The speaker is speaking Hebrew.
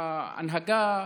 ההנהגה,